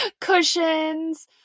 Cushions